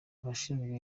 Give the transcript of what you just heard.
abashinzwe